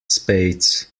spades